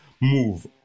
move